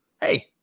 hey